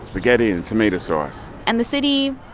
spaghetti and tomato sauce and the city,